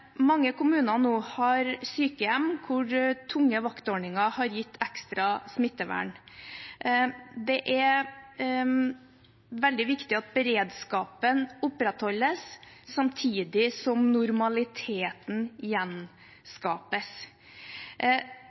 Mange kommuner har nå sykehjem hvor tunge vaktordninger har gitt ekstra smittevern. Det er veldig viktig at beredskapen opprettholdes samtidig som normaliteten gjenskapes.